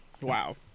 Wow